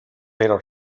pero